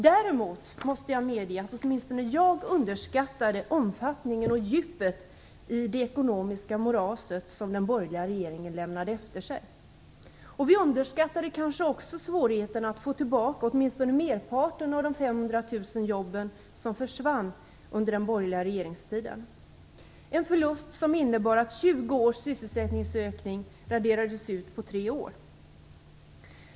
Däremot måste jag medge att åtminstone jag underskattade omfattningen av och djupet i det ekonomiska moras som den borgerliga regeringen lämnade efter sig. Vi underskattade kanske också svårigheterna att få tillbaka åtminstone merparten av de 500 000 jobb som försvann under den borgerliga regeringstiden. Det var en förlust som innebar att 20 års sysselsättningsökning raderades ut på tre år.